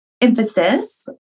emphasis